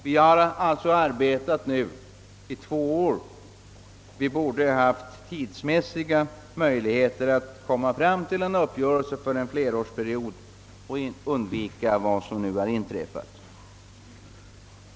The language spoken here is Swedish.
Vi har alltså arbetat i två år och borde tidsmässigt ha haft möjligheter att nå uppgörelse för en flerårsperiod samt undvika vad som nyligen inträffat.